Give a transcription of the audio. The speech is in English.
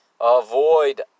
avoid